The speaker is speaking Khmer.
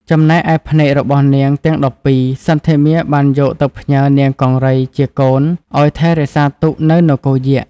ចំណែកឯភ្នែករបស់នាងទាំង១២ សន្ធមារបានយកទៅផ្ញើនាងកង្រីជាកូនឲ្យថែរក្សាទុកនៅនគរយក្ខ។